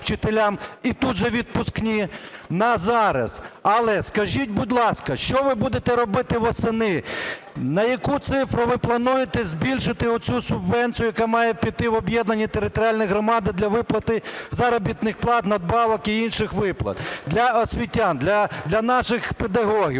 і тут же відпускні, на зараз. Але скажіть, будь ласка, що ви будете робити восени? На яку цифру ви плануєте збільшити оцю субвенцію, яка має піти в об'єднані територіальні громади для виплати заробітних плат, надбавок і інших виплат для освітян, для наших педагогів?